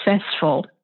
successful